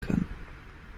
kann